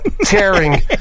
tearing